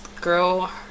girl